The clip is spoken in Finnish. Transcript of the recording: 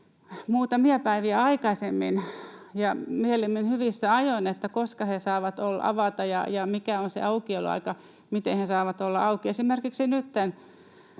muutamia päiviä aikaisemmin ja mieluummin hyvissä ajoin nämä tiedot siitä, koska he saavat avata ja mikä on se aukioloaika, miten he saavat olla auki. Esimerkiksi kun